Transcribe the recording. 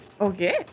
Okay